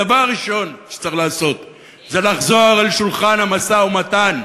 הדבר הראשון שצריך לעשות זה לחזור אל שולחן המשא-ומתן,